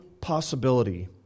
possibility